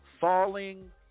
falling